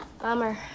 Bummer